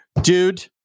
dude